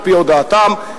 על-פי הודעתם,